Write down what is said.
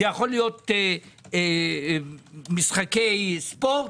זה יכול להיות משחקי ספורט,